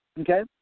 Okay